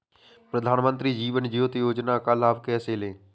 प्रधानमंत्री जीवन ज्योति योजना का लाभ कैसे लें?